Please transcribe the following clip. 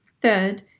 Third